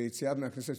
ביציאה מהכנסת,